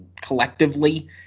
collectively